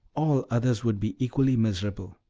all others would be equally miserable.